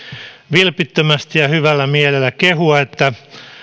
vilpittömästi ja hyvällä mielellä kehua että